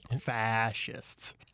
Fascists